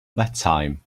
bedtime